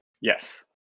Yes